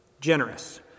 Generous